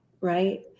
Right